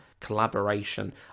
collaboration